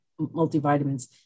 multivitamins